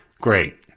great